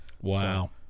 Wow